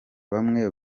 bamwe